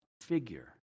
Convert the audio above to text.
figure